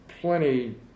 Plenty